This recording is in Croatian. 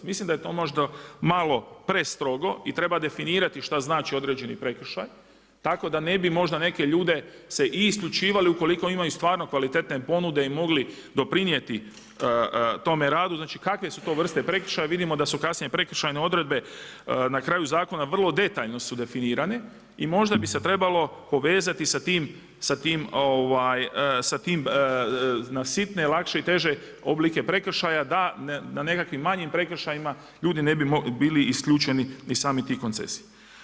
Mislim da je to možda malo prestrogo i treba definirati šta znači određeni prekršaj, tako da ne bi možda neke ljude se i isključivali, ukoliko imaju stvarno kvalitetne ponude i mogli doprinijeti tome radu, znači kakve su to vrste prekršaja, vidimo da su kasnije prekršajne odredbe na kraju zakona vrlo detaljno su definirane i možda bio se trebalo povezati sa tim na sitne, lakše i teže oblike prekršaja da na nekakvim manjim prekršajima ljudi ne bi bilo isključeni iz samih tih koncesija.